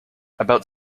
about